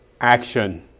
action